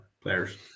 players